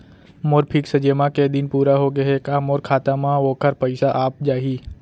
मोर fix जेमा के दिन पूरा होगे हे का मोर खाता म वोखर पइसा आप जाही?